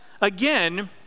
Again